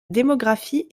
démographie